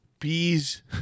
Bees